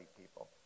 people